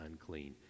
unclean